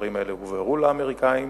הדברים האלה הובהרו לאמריקנים,